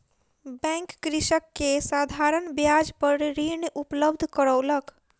bank कृषक के साधारण ब्याज पर ऋण उपलब्ध करौलक